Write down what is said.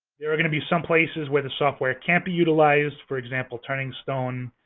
there are going to be some places where the software can't be utilized. for example, turning stone,